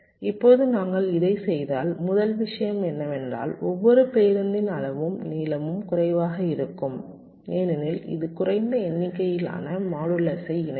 இப்போது நாங்கள் இதைச் செய்தால் முதல் விஷயம் என்னவென்றால் ஒவ்வொரு பேருந்தின் அளவும் நீளமும் குறைவாக இருக்கும் ஏனெனில் இது குறைந்த எண்ணிக்கையிலான மாடுலஸை இணைக்கும்